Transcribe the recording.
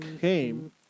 came